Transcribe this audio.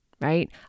Right